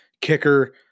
kicker